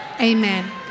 amen